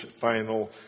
final